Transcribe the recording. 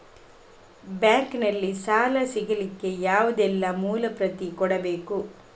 Bank ನಲ್ಲಿ ಸಾಲ ಸಿಗಲಿಕ್ಕೆ ಯಾವುದೆಲ್ಲ ಮೂಲ ಪ್ರತಿ ಕೊಡಬೇಕು?